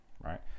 right